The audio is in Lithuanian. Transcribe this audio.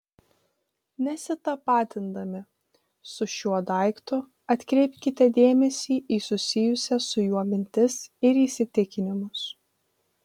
nesitapatindami su šiuo daiktu atkreipkite dėmesį į susijusias su juo mintis ir įsitikinimus